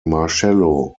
marcello